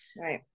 right